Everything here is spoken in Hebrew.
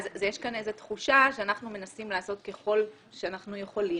יש כאן איזו תחושה שאנחנו מנסים לעשות ככל שאנחנו יכולים,